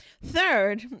Third